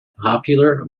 popular